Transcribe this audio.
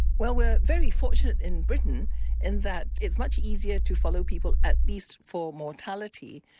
well we're very fortunate in britain in that it's much easier to follow people, at least for mortality,